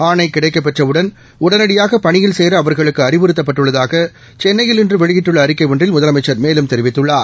ஆணை கிடைக்கப்பெற்றவுடன் உடனடியாக பணியில் சேர அவா்களுக்கு அறிவுறுத்தப்பட்டுள்ளதாக சென்னையில் இன்று வெளியிட்டுள்ள அறிக்கை ஒன்றில் முதலமைச்சா் மேலும் தெரிவித்துள்ளார்